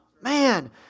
man